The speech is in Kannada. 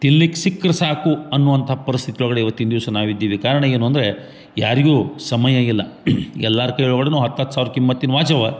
ತಿನ್ಲಿಕ್ಕೆ ಸಿಕ್ರೆ ಸಾಕು ಅನ್ನುವಂಥ ಪರಿಸ್ಥಿತಿ ಒಳಗಡೆ ಇವತ್ತಿನ ದಿವಸ ನಾವಿದ್ದೀವಿ ಕಾರಣ ಏನು ಅಂದರೆ ಯಾರಿಗು ಸಮಯ ಇಲ್ಲ ಎಲ್ಲಾರ ಕೈ ಒಳಗಡೆಯೂ ಹತ್ತತ್ತು ಸಾವಿರ ಕಿಮ್ಮತ್ತಿನ ವಾಚವ